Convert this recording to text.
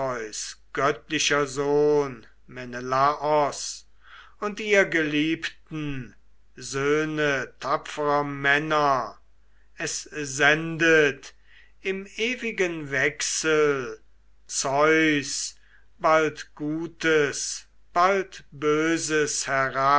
göttlicher sohn menelaos und ihr geliebten söhne tapferer männer es sendet im ewigen wechsel zeus bald gutes bald böses